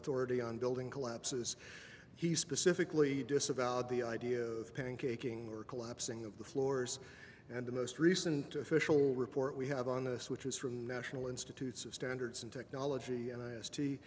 authority on building collapses he specifically disavowed the idea of paying caking or collapsing of the floors and the most recent official report we have on this which is from the national institutes of standards and technology and i